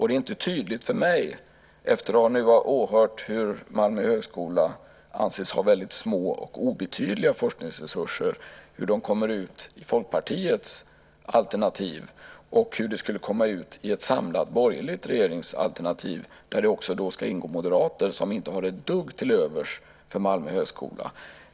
Det är inte tydligt för mig efter att vi har åhört att Malmö högskola anses ha små och obetydliga forskningsresurser hur de kommer ut i Folkpartiets alternativ och hur de skulle komma ut i ett samlat borgerligt regeringsalternativ, där det också ska ingå moderater som inte har ett dugg till övers för Malmö högskola.